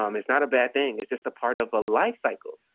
um it's not a bad thing. it's just a part of a life cycle.